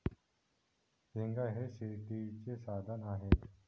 हेंगा हे शेतीचे साधन आहे